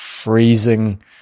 freezing